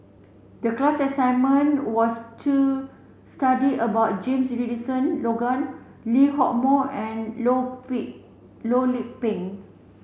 the class assignment was to study about James Richardson Logan Lee Hock Moh andLoh Loh Lik Peng